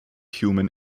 human